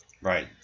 Right